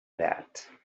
that